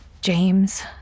James